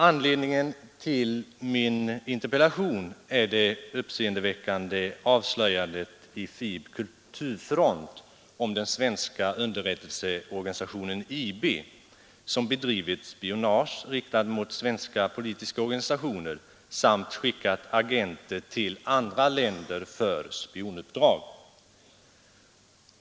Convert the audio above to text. Anledningen till min interpellation är det uppseendeväckande avslöjandet i Folket i Bild kulturfront om den svenska underrättelseorganisationen IB som bedrivit spionage riktat mot svenska organisationer samt skickat agenter till andra länder för spionuppdrag.